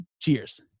cheers